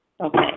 Okay